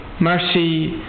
mercy